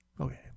Okay